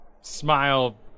smile